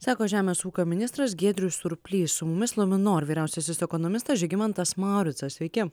sako žemės ūkio ministras giedrius surplys su mumis luminor vyriausiasis ekonomistas žygimantas mauricas sveiki